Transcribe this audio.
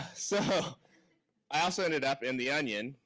so i also ended up in the onion,